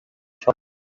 بیدارش